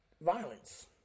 violence